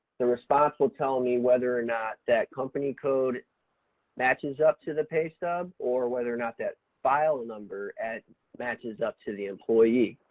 the response will tell me whether or not that company code matches up to the pay stub or whether or not that file number at matches up to the employee.